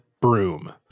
broom